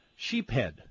sheephead